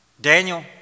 Daniel